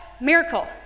miracle